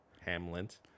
Hamlet